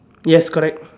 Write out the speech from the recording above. yes correct